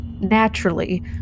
Naturally